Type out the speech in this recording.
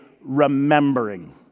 remembering